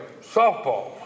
softball